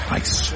ice